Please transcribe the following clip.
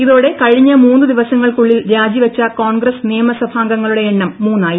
ഇതോടെ കഴിഞ്ഞ മൂന്ന് ദിവസങ്ങൾക്കുള്ളിൽ രാജിവച്ച കോൺഗ്രസ് നിയമസഭാംഗങ്ങളുടെ എണ്ണം മൂന്നായി